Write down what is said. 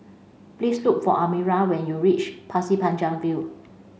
please look for Amira when you reach Pasir Panjang View